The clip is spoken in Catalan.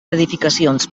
edificacions